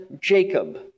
Jacob